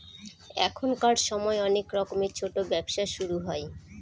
এখনকার সময় অনেক রকমের ছোটো ব্যবসা শুরু হয়